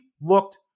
looked